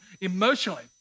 emotionally